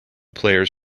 players